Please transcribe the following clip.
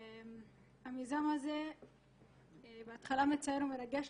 המיזם הזה בהתחלה מצער ומרגש